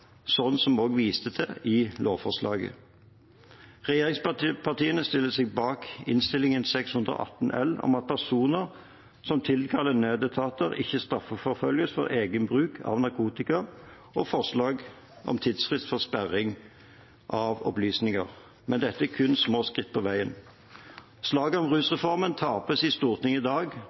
sånn vi også viste til i lovforslaget. Regjeringspartiene stiller seg bak Innst. 612 L for 2020–2021 om at personer som tilkaller nødetater, ikke straffeforfølges for egen bruk av narkotika og forslag om tidsfrist for sperring av opplysninger, men dette er kun små skritt på veien. Slaget om rusreformen tapes i Stortinget i dag,